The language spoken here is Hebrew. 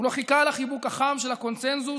הוא לא חיכה לחיבוק החם של הקונסנזוס